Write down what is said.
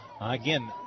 Again